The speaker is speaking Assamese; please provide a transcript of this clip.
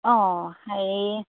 অঁ হেৰি